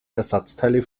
ersatzteile